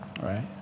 right